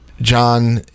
John